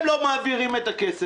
הם לא מעבירים את הכסף.